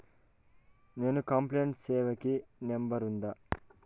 నేను కంప్లైంట్ సేసేకి నెంబర్ ఉందా?